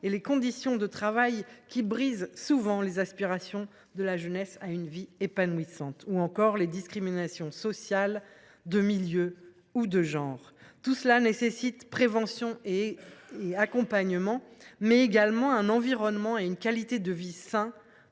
et à ses conditions d’exercice, qui brisent souvent les aspirations de la jeunesse à une vie épanouissante, ou encore les discriminations sociales, de milieu ou de genre. Tout cela nécessite prévention et accompagnement, mais également un environnement et une qualité de vie sains